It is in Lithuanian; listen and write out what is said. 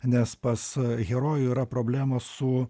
nes pas herojų yra problemos su